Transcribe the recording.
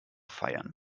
feiern